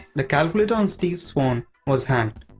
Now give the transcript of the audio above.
the calculator on steve's phone was hacked.